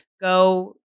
go